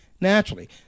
naturally